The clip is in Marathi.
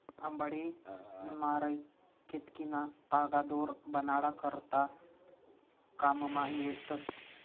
अंबाडी, नारय, केतकीना तागा दोर बनाडा करता काममा येतस